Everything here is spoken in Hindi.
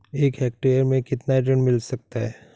एक हेक्टेयर में कितना ऋण मिल सकता है?